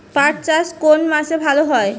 পাট চাষ কোন মাসে ভালো হয়?